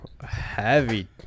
heavy